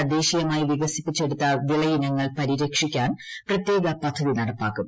തദ്ദേശീയമായി വികസിപ്പിച്ചെടുത്ത വിളയിനങ്ങൾ പരിരക്ഷിക്കാൻ പ്രത്യേക പദ്ധതി നടപ്പാക്കും